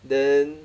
then